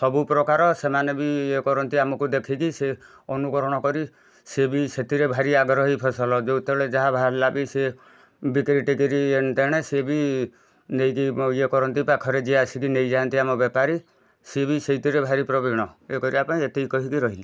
ସବୁ ପ୍ରକାର ସେମାନେ ବି ଇଏ କରନ୍ତି ଆମୁକୁ ଦେଖିକି ସେ ଅନୁକରଣ କରି ସିଏ ବି ସେଥିରେ ଭାରି ଆଗ୍ରହୀ ଫସଲ ଯେତେବେଳେ ଯାହା ବାହାରିଲା ବି ସିଏ ବିକିରିଟିକିରି ଏଣେ ତେଣେ ସିଏ ବି ନେଇକି ବ ଇଏ କରନ୍ତି ପାଖରେ ଯିଏ ଆସିକି ନେଇଯାଆନ୍ତି ଆମ ବେପାରୀ ସିଏ ବି ସେଇଥିରେ ଭାରି ପ୍ରବୀଣ ଇଏ କରିବା ପାଇଁ ଏତିକି କହିକି ରହିଲି